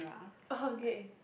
okay